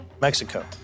Mexico